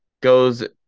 goes